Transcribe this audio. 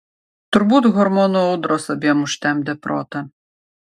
turbūt hormonų audros abiem užtemdė protą